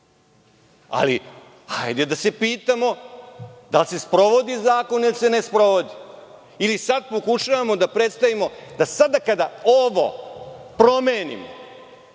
ali hajde da se pitamo da li se sprovodi zakon ili se ne sprovodi ili sad pokušavamo da predstavimo da sada kada ovo promenimo